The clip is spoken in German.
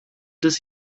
des